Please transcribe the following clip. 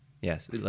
yes